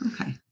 Okay